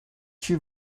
she